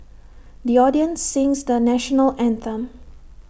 the audience sings the National Anthem